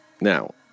Now